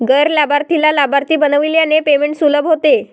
गैर लाभार्थीला लाभार्थी बनविल्याने पेमेंट सुलभ होते